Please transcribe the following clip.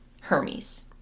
Hermes